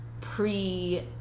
pre